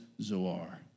Zoar